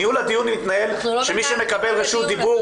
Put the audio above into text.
ניהול הדיון יתנהל כך שמי שמקבל רשות דיבור,